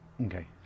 Okay